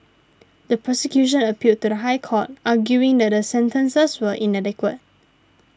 the prosecution appealed to the High Court arguing that the sentences were inadequate